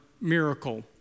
miracle